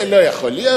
לא יכול להיות,